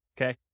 okay